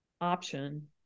option